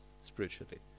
spiritually